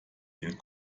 den